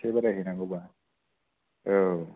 बेसे बेरायहैनांगौबा औ